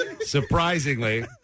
Surprisingly